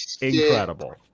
incredible